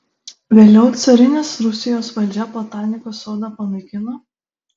vėliau carinės rusijos valdžia botanikos sodą panaikino